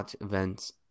events